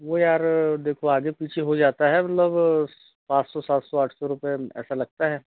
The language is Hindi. वह यार देखो आगे पीछे हो जाता है मतलब पाँच सौ सात सौ आठ सौ रुपये ऐसा लगता है